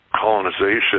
colonization